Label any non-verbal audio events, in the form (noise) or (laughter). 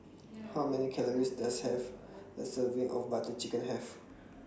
(noise) How Many Calories Does Have A Serving of Butter Chicken Have